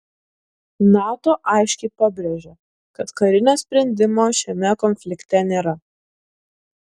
nato aiškiai pabrėžė kad karinio sprendimo šiame konflikte nėra